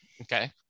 Okay